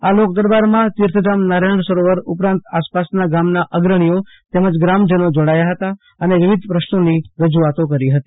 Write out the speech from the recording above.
આ લોકદરબારમાં તીર્થધામ નારાયણ સરોવર ઉપરાંત આસપાસના ગામના અગ્રણીઓ તેમજ ગ્રામજનો જોડાયા હતા અને વિવિધ પ્રશ્નોની રજુઆત કરી હતી